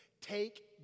take